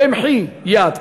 במחי יד,